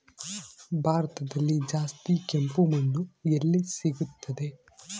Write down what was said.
ಭಾರತದಲ್ಲಿ ಜಾಸ್ತಿ ಕೆಂಪು ಮಣ್ಣು ಎಲ್ಲಿ ಸಿಗುತ್ತದೆ?